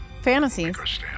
Fantasies